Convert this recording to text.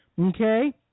Okay